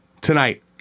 tonight